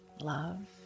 love